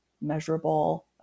measurable